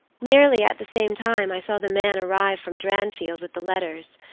nearly at the same time i saw the man arrive from dranfield with the letters,